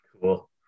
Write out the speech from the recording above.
Cool